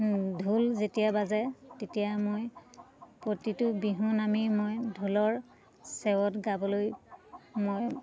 ঢোল যেতিয়া বাজে তেতিয়া মই প্ৰতিটো বিহুনামে মই ঢোলৰ চেৱত গাবলৈ মই